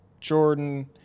Jordan